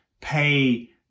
pay